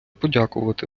подякувати